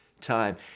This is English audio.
time